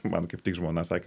man kaip tik žmona sakė